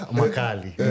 makali